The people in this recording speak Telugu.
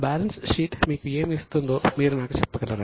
బ్యాలెన్స్ షీట్ మీకు ఏమి ఇస్తుందో మీరు నాకు చెప్పగలరా